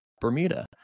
Bermuda